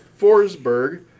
Forsberg